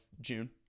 June